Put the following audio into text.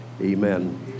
amen